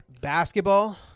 Basketball